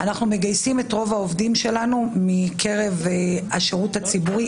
אנחנו מגייסים את רוב העובדים שלנו מקרב השירות הציבורי.